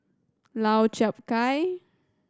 Lau Chiap Khai